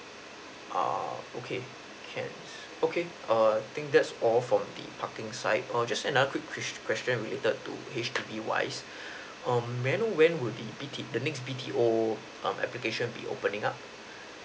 uh okay can okay err I think that's all for the parking side err just another ques~ question with the to H_D_B wise um may I know when would be B_T the next B_T_O um application be opening up